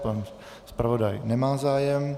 Pan zpravodaj nemá zájem.